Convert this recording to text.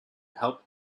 help